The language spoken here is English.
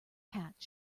hatched